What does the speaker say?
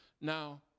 Now